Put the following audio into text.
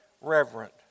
reverent